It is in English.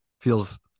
feels